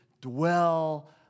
dwell